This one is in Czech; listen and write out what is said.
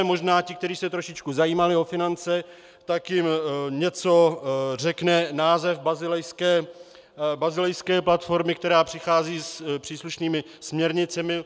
Možná ti, kteří se trošičku zajímali o finance, tak jim něco řekne název basilejské platformy, která přichází s příslušnými směrnicemi.